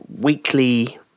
weekly